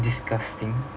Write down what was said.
disgusting